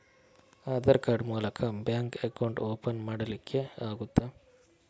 Aadhaar card ಮೂಲಕ bank account open ಮಾಡಲಿಕ್ಕೆ ಆಗುತಾ?